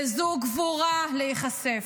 וזו גבורה להיחשף,